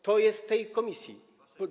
To jest w tej Komisji.